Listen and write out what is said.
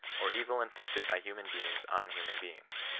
or e il inflicted by human beings on human beings.